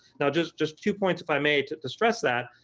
now just just two points if i may to to stress that,